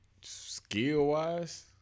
skill-wise